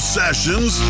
sessions